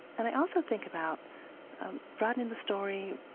and i also think about broadening the story,